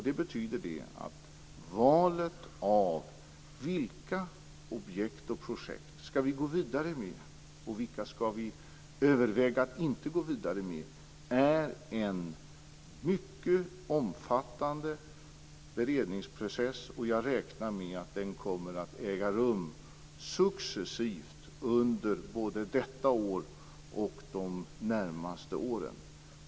Det betyder att valet av vilka objekt och projekt vi skall gå vidare med och vilka vi skall överväga att inte gå vidare med innebär en mycket omfattande beredningsprocess. Jag räknar med att den kommer att äga rum successivt under både detta år och de närmaste åren.